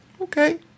Okay